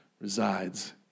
resides